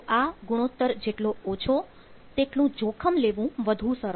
તો આ ગુણોત્તર જેટલો ઓછો તેટલું જોખમ લેવું વધુ સરળ